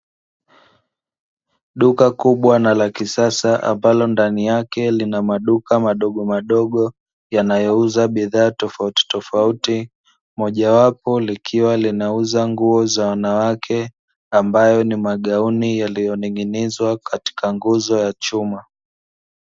Duka kubwa na la kisasa ambalo ndani yake lina maduka madogo madogo yanayouza bidhaa tofauti tofauti, mojawapo likiwa linauza nguo za wanawake ambayo ni magauni yaliyoning'inizwa katika nguzo ya chuma.